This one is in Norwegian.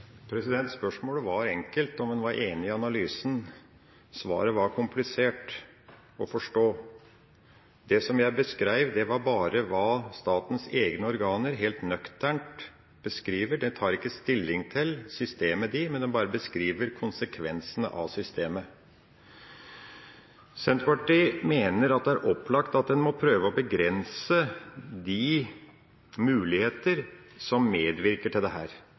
Spørsmålet var enkelt – om hun var enig i analysen. Svaret var komplisert å forstå. Det jeg sa, var bare hva statens egne organer helt nøkternt beskriver. De tar ikke stilling til systemet, de bare beskriver konsekvensene av systemet. Senterpartiet mener det er opplagt at en må prøve å begrense de mulighetene som medvirker til